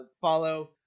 follow